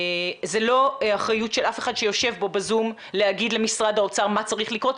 זה לא אחריות של אף אחד שיושב פה בזום להגיד למשרד האוצר מה צריך לקרות,